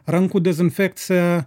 rankų dezinfekcija